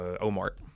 Omar